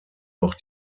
auch